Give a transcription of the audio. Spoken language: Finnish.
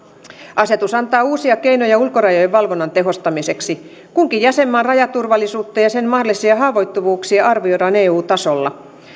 asetus antaa uusia keinoja ulkorajojen valvonnan tehostamiseksi kunkin jäsenmaan rajaturvallisuutta ja sen mahdollisia haavoittuvuuksia arvioidaan eu tasolla